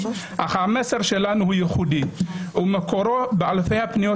אך המסר שלנו הוא ייחודי ומקורו באלפי הפניות